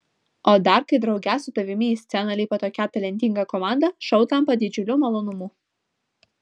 o dar kai drauge su tavimi į sceną lipa tokia talentinga komanda šou tampa didžiuliu malonumu